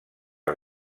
els